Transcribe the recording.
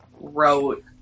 wrote